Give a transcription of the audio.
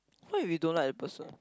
what if you don't like the person